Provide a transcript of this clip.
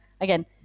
again